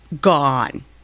gone